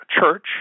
Church